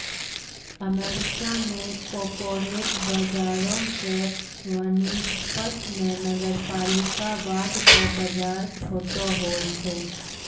America मे corporate बजारो के वनिस्पत मे नगरपालिका बांड के बजार छोटो होय छै